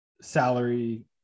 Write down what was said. salary